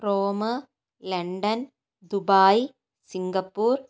Rome London Dubai Singapore